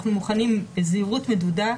אנחנו מוכנים בזהירות מדודה,